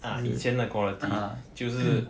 ah 以前的 quality 就是